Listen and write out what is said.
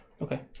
Okay